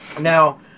Now